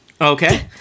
Okay